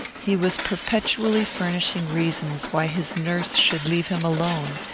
he was perpetually furnishing reasons why his nurse should leave him alone,